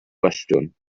gwestiwn